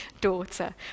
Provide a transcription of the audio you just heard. daughter